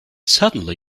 suddenly